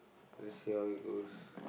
let see how it goes